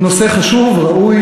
הנושא חשוב וראוי,